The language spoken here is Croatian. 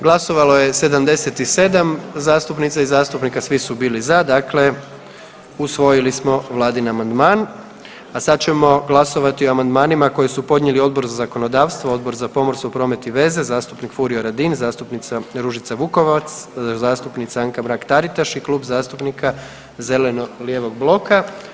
Glasovalo je 77 zastupnica i zastupnika, svi su bili za, dakle usvojili smo Vladin amandman, a sad ćemo glasovati o amandmanima koje su podnijeli Odbor za zakonodavstvo, Odbor za pomorstvo, promet i veze, zastupnik Furio Radin, zastupnica Ružica Vukovac, zastupnica Anka Mrak-Taritaš i Klub zastupnika zeleno-lijevog bloka.